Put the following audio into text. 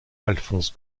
alphonse